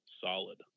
solid